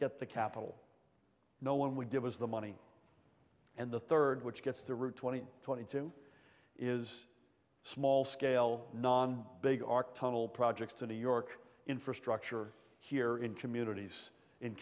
get the capital no one would give us the money and the third which gets the route twenty twenty two is small scale non big arc tunnel projects to new york infrastructure here in communities